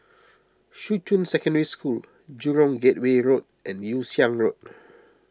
Shuqun Secondary School Jurong Gateway Road and Yew Siang Road